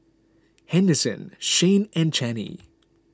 Henderson Shayne and Channie